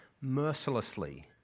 mercilessly